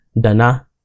Dana